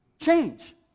Change